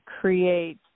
create